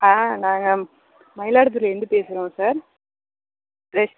ஆ நாங்கள் மயிலாடுதுறையில் இருந்து பேசுகிறோம் சார் ரெஸ்